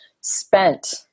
spent